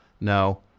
no